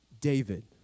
David